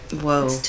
whoa